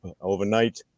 overnight